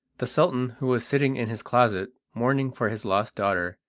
the sultan, who was sitting in his closet, mourning for his lost daughter,